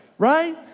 Right